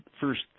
first